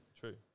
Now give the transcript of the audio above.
true